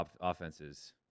offenses